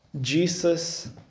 Jesus